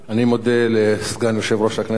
אני מודה לסגן יושב-ראש הכנסת,